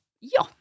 Ja